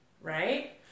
right